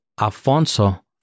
Alfonso